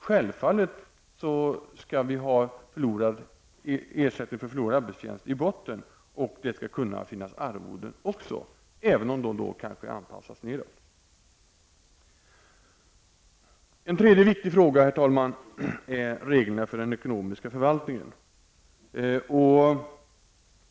Självfallet skall vi ha ersättning för förlorad arbetsförtjänst i botten, och sedan skall det kunna finnas arvoden också, även om de kanske anpassas nedåt. En tredje viktig fråga, herr talman, är reglerna för den ekonomiska förvaltningen.